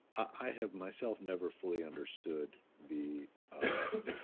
i have myself never fully understood the